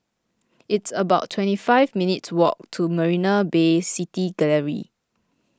it's about twenty five minutes' walk to Marina Bay City Gallery